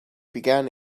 began